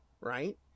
right